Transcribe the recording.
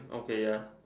okay ya